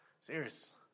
Serious